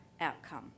outcome